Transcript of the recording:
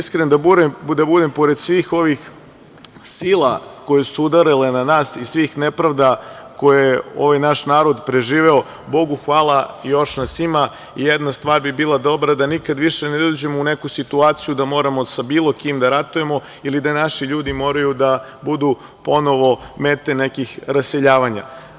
Iskren da budem, pored svih ovih sila koje su udarile na nas i svih nepravda koje ovaj naš narod preživeo, Bogu hvala još nas ima, jedna stvar bi bila dobra, da nikad više ne dođemo u neku situaciju da moramo sa bilo kim da ratujemo ili da naši ljudi moraju da budu ponovo mete nekih preseljavanja.